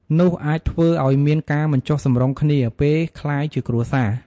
នោះអាចធ្វើឲ្យមានការមិនចុះសម្រុងគ្នា ពេលក្លាយជាគ្រួសារ។